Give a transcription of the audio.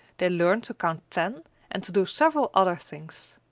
they learned to count ten and to do several other things.